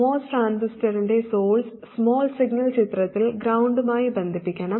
MOS ട്രാൻസിസ്റ്ററിന്റെ source small signal ചിത്രത്തിൽ ഗ്രൌണ്ട്മായി ബന്ധിപ്പിക്കണം